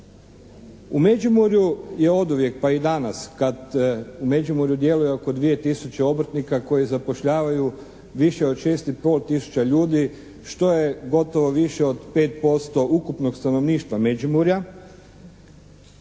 U Međimurju je oduvijek pa i danas kad u Međimurju djeluje oko 2 tisuće obrtnika koji zapošljavaju više od 6 i pol tisuća ljudi što je gotovo više od 5% ukupnog stanovništva Međimurja